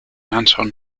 anton